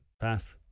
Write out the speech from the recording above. Pass